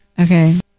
okay